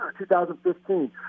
2015